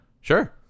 Sure